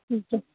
ਠੀਕ ਹੈ